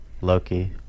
Loki